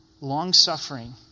Long-suffering